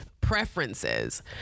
preferences